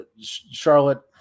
Charlotte